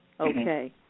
Okay